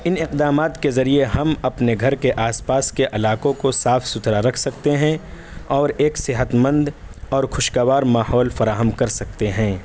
ان اقدامات کے ذریعے ہم اپنے گھر کے آس پاس کے علاقوں کو صاف ستھرا رکھ سکتے ہیں اور ایک صحت مند اور خوشگوار ماحول فراہم کر سکتے ہیں